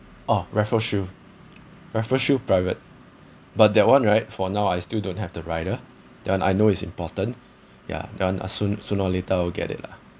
oh raffles shield raffles shield private but that one right for now I still don't have the rider then I know it's important ya that one I soon sooner or later I will get it lah